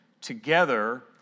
together